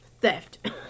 Theft